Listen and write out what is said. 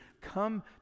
come